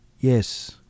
yes